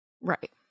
Right